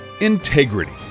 Integrity